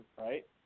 right